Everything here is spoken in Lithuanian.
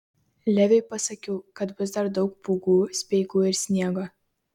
leviui pasakiau kad bus dar daug pūgų speigų ir sniego